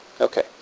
Okay